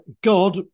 God